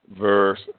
verse